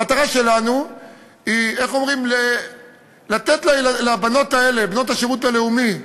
המטרה שלנו היא לתת לבנות השירות הלאומי,